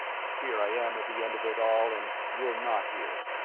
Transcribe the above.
but here i am at the end of it all, and you're not here,